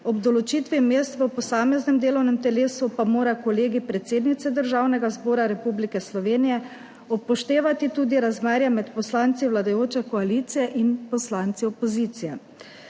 ob določitvi mest v posameznem delovnem telesu pa mora Kolegij predsednice Državnega zbora Republike Slovenije upoštevati tudi razmerje med poslanci vladajoče koalicije in poslanci opozicije.